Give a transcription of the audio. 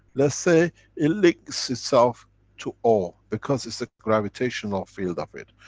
let's say it links itself to o because it's the gravitational field of it,